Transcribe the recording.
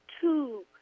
two